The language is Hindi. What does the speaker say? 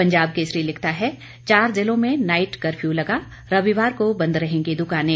पंजाब केसरी लिखता है चार जिलों में नाइट कफर्यू लगा रविवार को बंद रहेंगी दुकानें